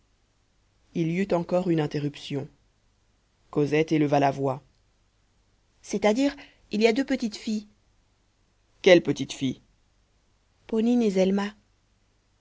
il y eut encore une interruption cosette éleva la voix c'est-à-dire il y a deux petites filles quelles petites filles ponine et